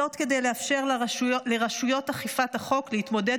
זאת כדי לאפשר לרשויות אכיפת החוק להתמודד